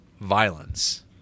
violence